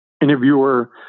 interviewer